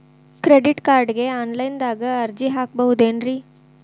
Credit ಕಾರ್ಡ್ಗೆ online ದಾಗ ಅರ್ಜಿ ಹಾಕ್ಬಹುದೇನ್ರಿ?